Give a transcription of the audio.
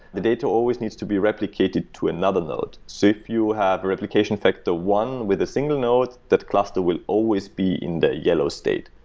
the data always needs to be replicated to another node. so if you have a replication factor one with a single node, that cluster will always be in the yellow state.